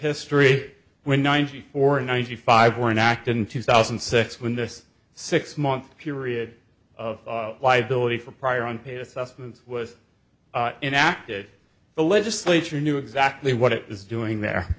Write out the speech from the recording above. history when ninety four ninety five were enacted in two thousand and six when this six month period of liability from prior unpaid assessments was enacted the legislature knew exactly what it is doing there